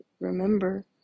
remember